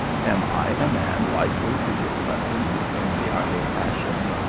am i a man likely to give lessons in the idle passion?